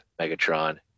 Megatron